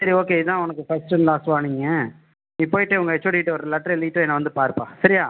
சரி ஓகே இதான் உனக்கு ஃபர்ஸ்ட் அண்ட் லாஸ்ட் வார்னிங்கு நீ போய்விட்டு உங்கள் ஹெச்ஓடிட்ட ஒரு லெட்டர் எழுதிவிட்டு என்னை வந்து பாருப்பா சரியா